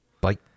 Bye